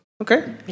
Okay